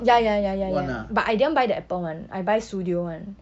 ya ya ya ya ya but I didn't buy the Apple [one] I buy studio [one]